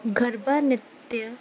गरबा नृत्य